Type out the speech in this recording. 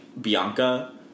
Bianca